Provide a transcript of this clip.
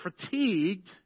fatigued